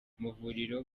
amavuriro